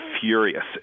furious